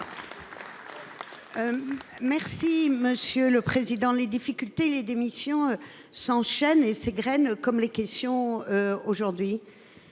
Merci, monsieur le Président les difficultés, les démissions s'enchaînent, et s'graines comme les questions aujourd'hui.